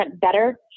better